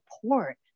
support